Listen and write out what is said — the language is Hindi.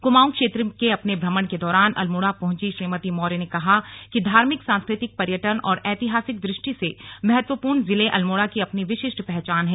कुमाऊं क्षेत्र के अपने भ्रमण के दौरान अल्मोड़ा पहुंचीं श्रीमती मौर्य ने कहा कि धार्मिक सांस्कृतिक पर्यटन और ऐतिहासिक द्व ष्टि से महत्वपूर्ण जनपद अल्मोड़ा की अपनी विशिष्ट पहचान है